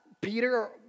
Peter